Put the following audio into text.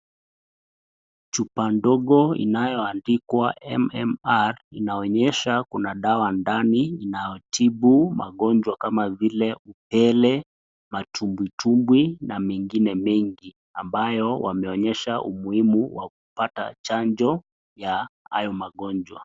Chupa ndogo inayo andikwa MMR inaonyesha kuna dawa ndani inayotibu magonjwa kama vile upele, matumbwi tumbwi na mengine mengi, ambayo wameonyesha umuhimu wa kupata chanjo ya hayo magonjwa.